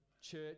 church